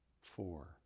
four